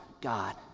God